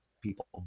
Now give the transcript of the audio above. people